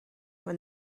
when